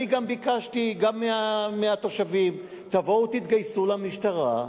ביקשתי גם מהתושבים: תבואו ותתגייסו למשטרה,